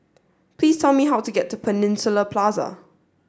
please tell me how to get to Peninsula Plaza